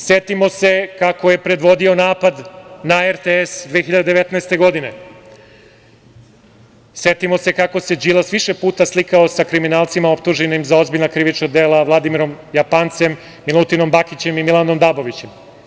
Setimo kako je predvodio napad na RTS 2019. godine, setimo se kako se Đilas više puta slikao sa kriminalcima optuženim za ozbiljna krivična dela Vladimirom Japancem, Milutinom Bakićem i Milanom Dabovićem.